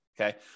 Okay